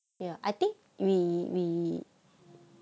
ya I think we we